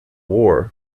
war